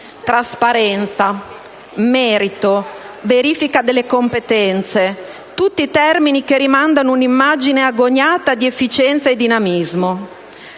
Trasparenza, merito, verifica delle competenze sono tutti termini che rimandano un'immagine agognata di efficienza e dinamismo.